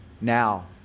now